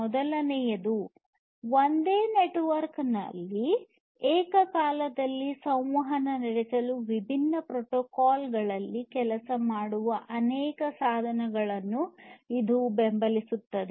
ಮೊದಲನೆಯದು ಒಂದೇ ನೆಟ್ವರ್ಕ್ನಲ್ಲಿ ಏಕಕಾಲದಲ್ಲಿ ಸಂವಹನ ನಡೆಸಲು ವಿಭಿನ್ನ ಪ್ರೋಟೋಕಾಲ್ಗಳಲ್ಲಿ ಕೆಲಸ ಮಾಡುವ ಅನೇಕ ಸಾಧನಗಳನ್ನು ಇದು ಬೆಂಬಲಿಸುತ್ತದೆ